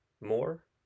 more